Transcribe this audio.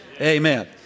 Amen